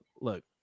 Look